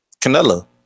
Canelo